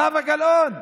זהבה גלאון.